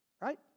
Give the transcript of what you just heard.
Right